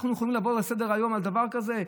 אנחנו יכולים לעבור לסדר-היום על דבר כזה?